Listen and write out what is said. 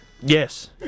Yes